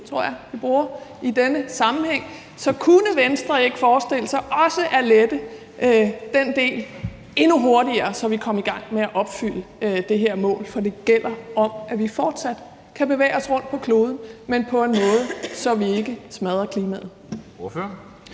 ord, vi bruger i denne sammenhæng. Så kunne Venstre ikke forestille sig også at lette den del endnu hurtigere, så vi kom i gang med at opfylde det her mål, for det gælder om, at vi fortsat kan bevæge os rundt på kloden, men på en måde, så vi ikke smadrer klimaet?